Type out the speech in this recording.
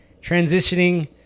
transitioning